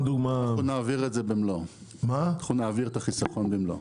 נעביר את החיסכון במלואו.